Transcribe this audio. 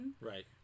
Right